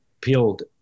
build